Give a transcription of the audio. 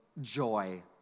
Joy